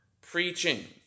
preaching